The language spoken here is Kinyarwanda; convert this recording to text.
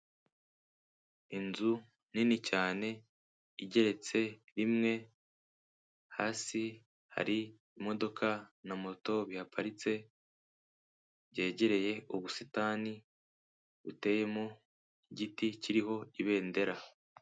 Inzu nini cyane, igeretse rimwe, hasi hari imodoka na moto bihaparitse, byegereye ubusitani buteyemo igiti kiriho ibendera.